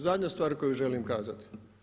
Zadnja stvar koju želim kazati.